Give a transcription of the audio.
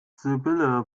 sibylle